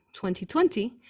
2020